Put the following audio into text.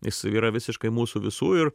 jis yra visiškai mūsų visų ir